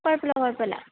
കുഴപ്പം ഇല്ല കുഴപ്പം ഇല്ല